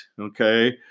okay